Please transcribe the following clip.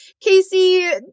Casey